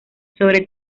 sobre